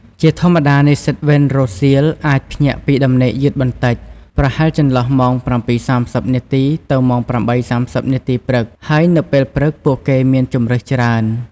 ជាធម្មតា និស្សិតវេនរសៀលអាច ភ្ញាក់ពីដំណេកយឺតបន្តិច ប្រហែលចន្លោះម៉ោង ៧:៣០ នាទី ទៅម៉ោង ៨:៣០ នាទីព្រឹក ហើយនៅពេលព្រឹកពួកគេមានជម្រើសច្រើន។